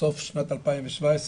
סוף שנת 2017,